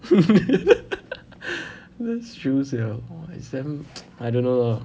that's true sia !wah! it's damn I don't know lah